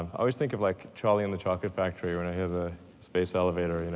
always think of like charlie and the chocolate factory when i hear the space elevator you know